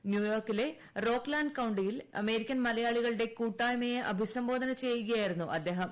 ന്യൂയോർക്കിലെ Rockland കൌണ്ടിയിൽ American മലയാളികളുടെ കൂട്ടായ്മയെ അഭിസംബോധന ചെയ്യുകയായിരുന്നു അദ്ദേഹം